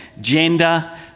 gender